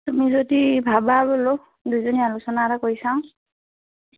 তুমি যদি ভাবা বোলো দুইজনী আলোচনা এটা কৰি চাওঁ